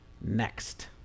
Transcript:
next